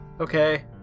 Okay